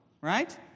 Right